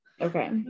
okay